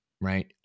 right